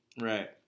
Right